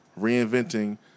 reinventing